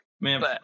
Man